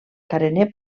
carener